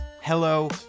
hello